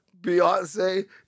Beyonce